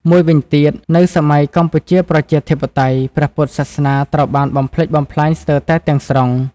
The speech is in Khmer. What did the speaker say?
មួយវិញទៀត នៅសម័យកម្ពុជាប្រជាធិបតេយ្យ ព្រះពុទ្ធសាសនាត្រូវបានបំផ្លិចបំផ្លាញស្ទើរតែទាំង ស្រុង ។